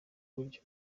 buryo